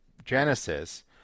Genesis